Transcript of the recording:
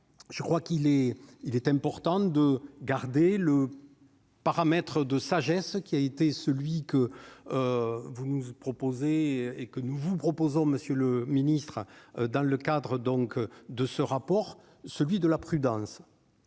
je crois qu'il est, il est important de garder le. Paramètres de sagesse qui a été celui que vous nous proposez et que nous vous proposons : Monsieur le Ministre, dans le cadre donc de ce rapport, celui de la prudence,